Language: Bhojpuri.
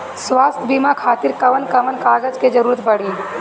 स्वास्थ्य बीमा खातिर कवन कवन कागज के जरुरत पड़ी?